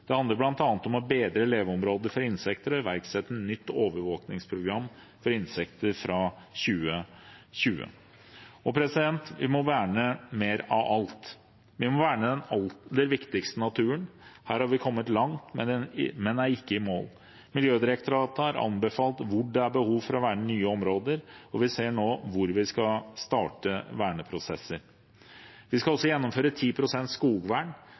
Det handler bl.a. om å bedre leveområder for insekter og iverksette et nytt overvåkningsprogram for insekter fra 2020. For det fjerde må vi verne mer av alt: Vi må verne den aller viktigste naturen. Her har vi kommet langt, men er ikke helt i mål. Miljødirektoratet har anbefalt hvor det er behov for å verne nye områder. Vi ser nå hvor vi skal starte verneprosesser. Vi skal også gjennomføre 10 pst. skogvern.